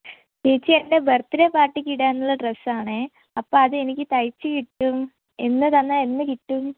ചേച്ചി എന്റെ ബെർത്ത്ഡെ പാർട്ടിക്ക് ഇടാനുള്ള ഡ്രസ്സാണെ അപ്പം അതെനിക്ക് തയ്ച്ച് കിട്ടും എന്ന് തന്നാൽ എന്ന് കിട്ടും